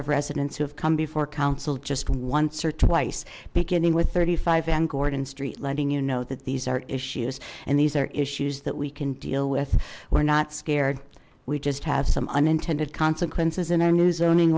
have come before council just once or twice beginning with thirty five and gordon street letting you know that these are issues and these are issues that we can deal with we're not scared we just have some unintended consequences in our new zoning